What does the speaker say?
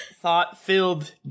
thought-filled